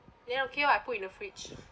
then okay [what] put in the fridge